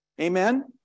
Amen